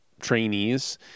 trainees